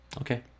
Okay